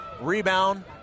Rebound